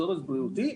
צורך בריאותי,